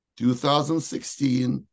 2016